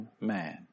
man